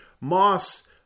moss